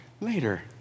later